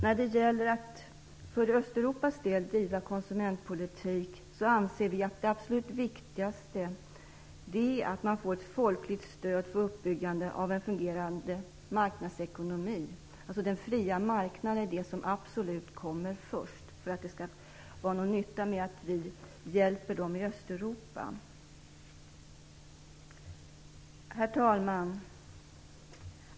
När det gäller att driva konsumentpolitik för Östeuropas del anser vi att det absolut viktigaste är att man får ett folkligt stöd för uppbyggande av en fungerande marknadsekonomi. Den fria marknaden är alltså det som kommer allra först, för att det skall vara någon nytta med att vi hjälper dem i Östeuropa. Herr talman!